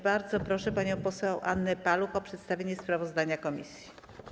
Bardzo proszę panią poseł Annę Paluch o przedstawienie sprawozdania komisji.